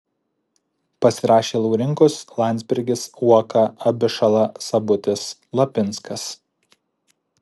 pasirašė laurinkus landsbergis uoka abišala sabutis lapinskas